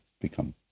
become